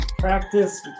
practice